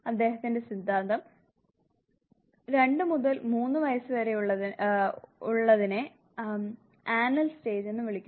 അദ്ദേഹത്തിന്റെ സിദ്ധാന്തം 2 മുതൽ 3 വയസ്സുവരെയുള്ളതിനെ എയ്നൾ സ്റ്റേജ് എന്ന് വിളിക്കുന്നു